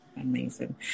amazing